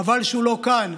חבל שהוא לא כאן,